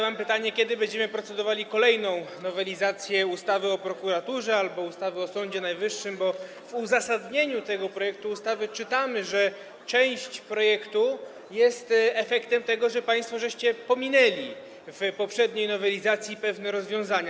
Mam pytanie, kiedy będziemy procedowali nad kolejną nowelizacją ustawy o prokuraturze albo ustawy o Sądzie Najwyższym, bo w uzasadnieniu tego projektu ustawy czytamy, że część projektu jest efektem tego, że państwo pominęliście w poprzedniej nowelizacji pewne rozwiązania.